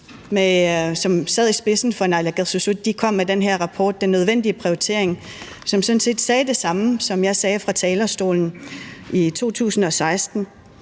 som sad i spidsen for naalakkersuisut, kom med den her rapport »Den nødvendige prioritering«, som sådan set sagde det samme, som jeg sagde fra talerstolen i 2016.